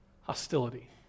Hostility